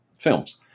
films